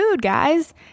guys